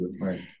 right